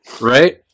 Right